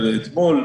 הוא דיבר בכללי.